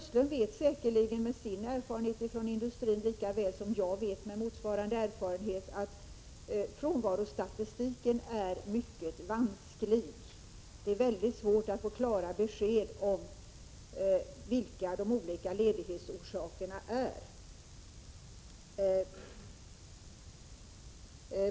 Sten Östlund, med sin erfarenhet från industrin, vet säkerligen lika väl som jag, med motsvarande erfarenhet, att frånvarostatistiken är mycket vansklig. Det är svårt att få klara besked om de olika ledighetsorsakerna.